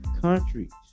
countries